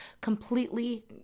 completely